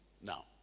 now